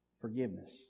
forgiveness